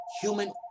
human